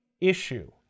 Issue